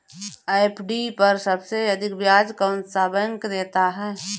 FD पर सबसे अधिक ब्याज कौन सा बैंक देता है?